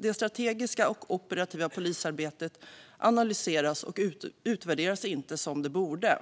Det strategiska och operativa polisarbetet analyseras och utvärderas inte som det borde.